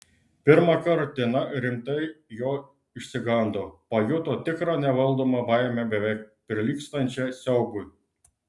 pirmąkart tina rimtai jo išsigando pajuto tikrą nevaldomą baimę beveik prilygstančią siaubui